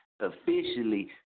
officially